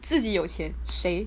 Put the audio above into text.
自己有钱谁